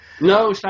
No